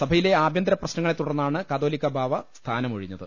സഭയിലെ ആഭ്യന്തര പ്രശ്നങ്ങളെ തുടർന്നാണ് കാതോലിക്ക ബാവ സ്ഥാനം ഒഴിഞ്ഞത്